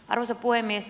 arvoisa puhemies